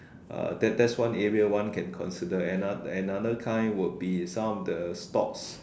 uh that that's one area one can consider another another kind would be some of the stocks